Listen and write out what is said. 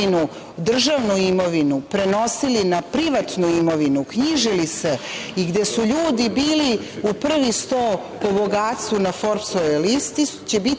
Hvala.